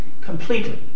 completely